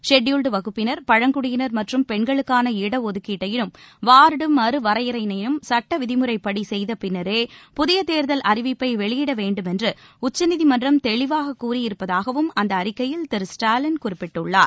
scheduled வகுப்பினர் பழங்குடியினர் மற்றும் பெண்களுக்கான இட ஒதுக்கீட்டினையும் வார்டு மறுவரையறையினையும் சட்ட விதிமுறைப்படி செய்தபின்னரே புதிய தேர்தல் அறிவிப்ப வெளியிட வேண்டுமென்று உச்சநீதிமன்றம் தெளிவாக கூறியிருப்பதாகவும் அந்த அறிக்கையில் திரு ஸ்டாலின் குறிப்பிட்டுள்ளார்